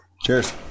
cheers